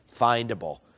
findable